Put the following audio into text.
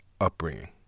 upbringing